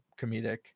comedic